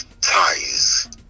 ties